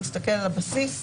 להסתכל על הבסיס.